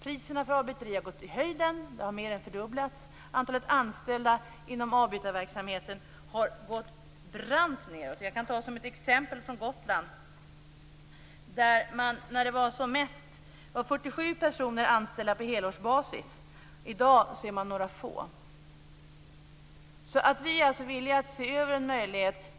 Priserna för avbyteri har gått i höjden och har mer än fördubblats. Antalet anställda inom avbytarverksamheten har gått brant nedåt. Jag kan ta ett exempel från Gotland. När det var som mest var 47 personer anställda på helårsbasis, och i dag är man några få. Vi är alltså villiga att se över möjligheten.